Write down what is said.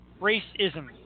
Racism